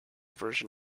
version